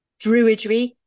Druidry